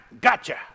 Gotcha